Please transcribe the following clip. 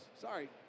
sorry